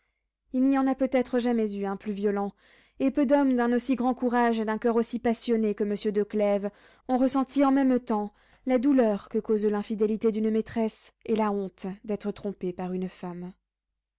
il n'y en a peut-être jamais eu un plus violent et peu d'hommes d'un aussi grand courage et d'un coeur aussi passionné que monsieur de clèves ont ressenti en même temps la douleur que cause l'infidélité d'une maîtresse et la honte d'être trompé par une femme